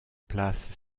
place